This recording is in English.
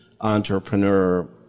entrepreneur